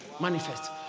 manifest